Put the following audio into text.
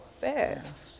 fast